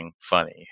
funny